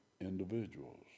individuals